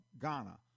Ghana